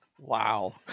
Wow